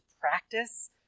practice